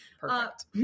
Perfect